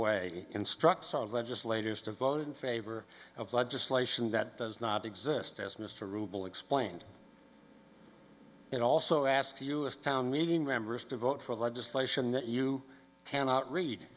way instructs our legislators to vote in favor of legislation that does not exist as mr rubel explained it also asks us town meeting members to vote for legislation that you cannot read